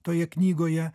toje knygoje